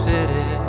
City